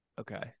Okay